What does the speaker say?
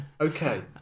Okay